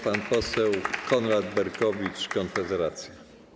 Pan poseł Konrad Berkowicz, Konfederacja.